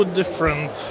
different